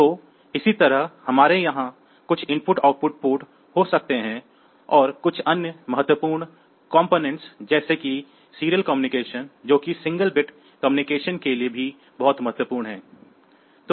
तो इसी तरह हमारे यहां कुछ IO पोर्ट हो सकते हैं और कुछ अन्य महत्वपूर्ण घटक जैसे कि सीरियल कम्युनिकेशन जो कि सिंगल बिट कम्युनिकेशन के लिए भी बहुत महत्वपूर्ण है